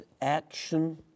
action